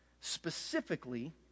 specifically